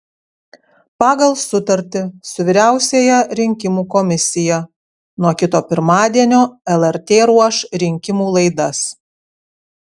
pagal sutartį su vyriausiąja rinkimų komisija nuo kito pirmadienio lrt ruoš rinkimų laidas